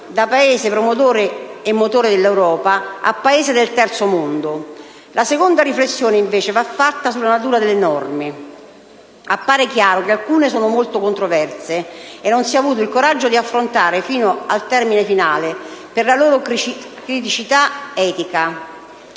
da Paese promotore e motore dell'Europa a Paese del terzo mondo. La seconda riflessione va invece fatta sulla natura delle norme: appare chiaro che alcune sono molto controverse e che non si ha avuto il coraggio di affrontare fino al termine finale per la loro criticità etica.